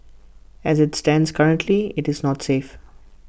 as IT stands currently IT is not safe